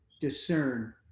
discern